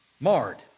marred